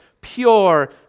pure